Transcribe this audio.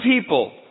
people